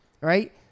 Right